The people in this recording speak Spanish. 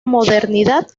modernidad